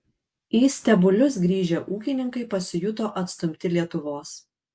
į stebulius grįžę ūkininkai pasijuto atstumti lietuvos